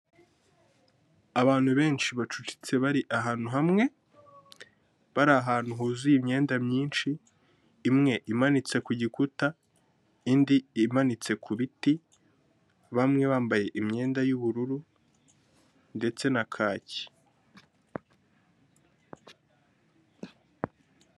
Abantu benshi bacucitse bari ahantu hamwe, bari ahantu huzuye imyenda myinshi, imwe imanitse ku gikuta, indi imanitse ku biti, bamwe bambaye imyenda y'ubururu ndetse na kaki.